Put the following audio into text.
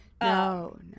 no